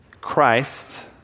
Christ